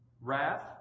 wrath